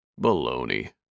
Baloney